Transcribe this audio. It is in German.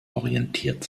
orientiert